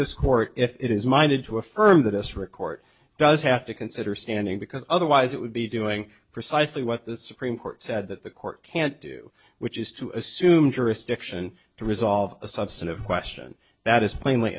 this court if it is minded to affirm that this record does have to consider standing because otherwise it would be doing precisely what the supreme court said that the court can't do which is to assume jurisdiction to resolve a substantive question that is plainly